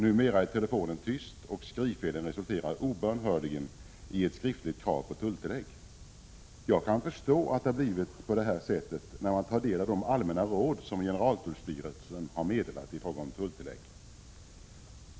Numera är telefonen tyst, och skrivfelen resulterar obönhörligen i ett skriftligt krav på tulltillägg. Jag kan förstå att det har blivit på detta sätt efter att ha tagit del av de allmänna råd som generaltullstyrelsen har meddelat i fråga om tulltillägg.